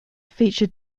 featured